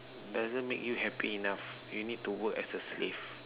doesn't make you happy enough you need to work as a slave